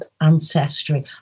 Ancestry